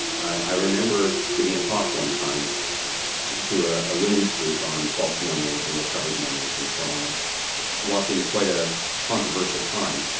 i remember giving a talk one time to ah a women's group on false memories and recovered memories and so on and walked in at quite a controversial time.